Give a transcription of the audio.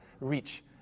reach